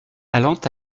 allant